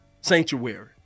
sanctuary